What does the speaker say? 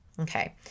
Okay